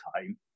time